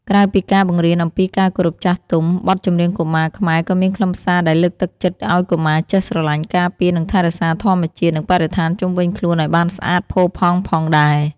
ក្រៅពីការបង្រៀនអំពីការគោរពចាស់ទុំ បទចម្រៀងកុមារខ្មែរក៏មានខ្លឹមសារដែលលើកទឹកចិត្តឲ្យកុមារចេះ ស្រឡាញ់ ការពារ និងថែរក្សាធម្មជាតិ និងបរិស្ថានជុំវិញខ្លួនឲ្យបានស្អាតផូរផង់ផងដែរ។